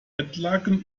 bettlaken